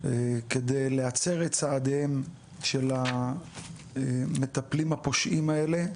כדי להצר את צעדיהם של המטפלים הפושעים האלה,